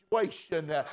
situation